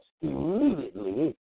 immediately